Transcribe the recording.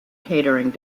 catering